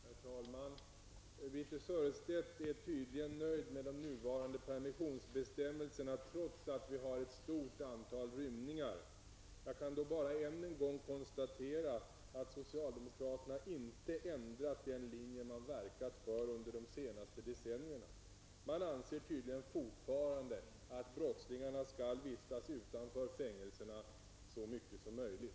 Herr talman! Birthe Sörestedt är tydligen nöjd med de nuvarande permissionsbestämmelserna trots att det sker ett stort antal rymningar. Jag kan bara än en gång konstatera att socialdemokraterna inte ändrat den linje de verkat för under de senaste decennierna. De anser tydligen fortfarande att brottslingarna skall vistas utanför fängelserna så mycket som möjligt.